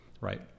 right